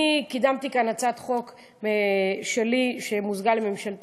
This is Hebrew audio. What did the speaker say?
אני קידמתי כאן הצעת חוק שלי שמוזגה בהצעה ממשלתית,